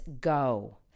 Go